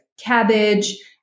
cabbage